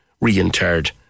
reinterred